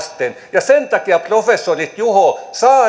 ja sen takia professorit juho